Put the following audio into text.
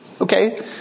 Okay